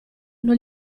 non